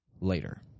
later